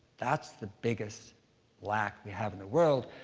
that's the biggest lack we have in the world,